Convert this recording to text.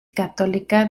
católica